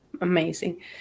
Amazing